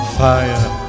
fire